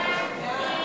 סעיפים